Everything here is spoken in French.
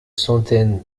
centaines